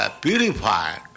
purified